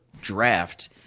draft